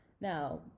now